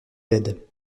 l’aide